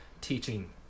teaching